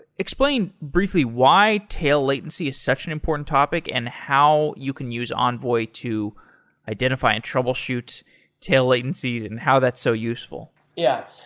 explain briefly why tail latency is such an important topic, and how you can use envoy to identify and troubleshoot tail latencies and how that's so useful. yeah.